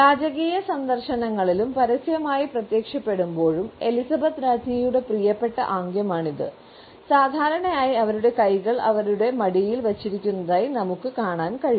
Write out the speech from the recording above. രാജകീയ സന്ദർശനങ്ങളിലും പരസ്യമായി പ്രത്യക്ഷപ്പെടുമ്പോഴും എലിസബത്ത് രാജ്ഞിയുടെ പ്രിയപ്പെട്ട ആംഗ്യമാണിത് സാധാരണയായി അവരുടെ കൈകൾ അവരുടെ മടിയിൽ വച്ചിരിക്കുന്നതായി നമുക്ക് കാണാൻ കഴിയും